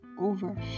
over